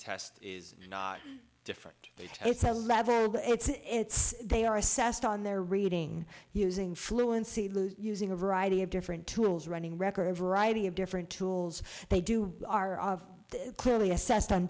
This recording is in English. test is different it's a level it's they are assessed on their reading using fluency using a variety of different tools running record variety of different tools they do are clearly assessed on